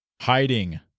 hiding